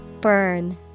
burn